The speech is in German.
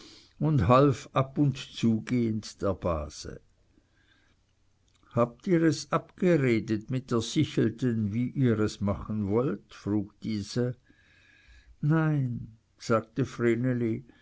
und half ab und zugehend der base habt ihr es abgeredet mit der sichelten wie ihr es machen wollt frug diese nein sagte